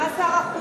ומה שר החוץ?